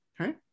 Okay